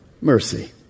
mercy